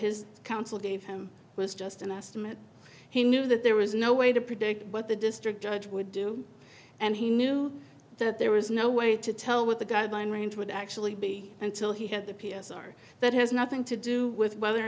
his counsel gave him was just an estimate he knew that there was no way to predict what the district judge would do and he knew that there was no way to tell what the guideline range would actually be until he had the p s r that has nothing to do with whether or